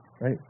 Right